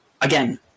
again